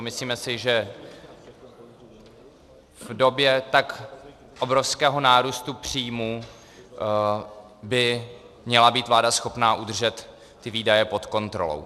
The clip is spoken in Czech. Myslíme si, že v době tak obrovského nárůstu příjmů by měla být vláda schopna udržet ty výdaje pod kontrolou.